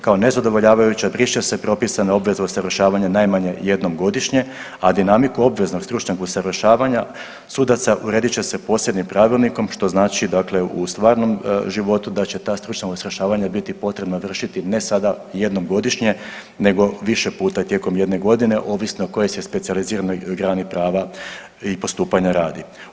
Kao nezadovoljavajuća, briše se propisana obveza usavršavanje najmanje 1 godišnje, a dinamiku obveznog stručnog usavršavanja sudaca uredit će se posebnim pravilnikom, što znači dakle u stvarnom životu, da će ta stručna usavršavanja biti potrebna vršiti ne sada jednom godišnje nego više puta tijekom jedne godine, ovisno o kojoj se specijaliziranoj grani prava i postupanja radi.